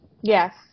yes